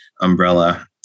umbrella